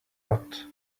rot